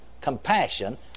compassion